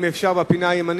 השר בגין.